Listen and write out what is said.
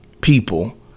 people